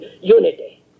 unity